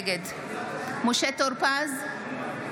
נגד משה טור פז,